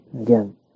Again